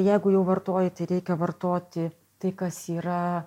jeigu jau vartoji tai reikia vartoti tai kas yra